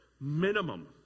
Minimum